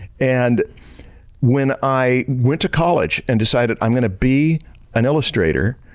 and when i went to college and decided i'm going to be an illustrator,